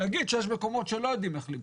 נגיד שיש מקומות שלא יודעים איך למצוא.